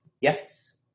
Yes